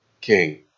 king